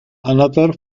another